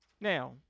Now